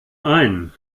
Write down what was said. ein